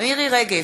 מירי רגב,